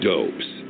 Dopes